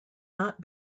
not